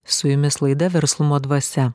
su jumis laida verslumo dvasia